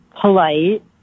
polite